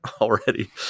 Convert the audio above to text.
already